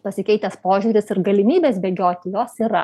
pasikeitęs požiūris ir galimybės bėgioti jos yra